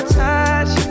touch